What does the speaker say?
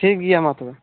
ᱴᱷᱤᱠ ᱜᱮᱭᱟ ᱢᱟ ᱛᱚᱵᱮ